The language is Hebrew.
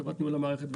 חברת ניהול המערכת,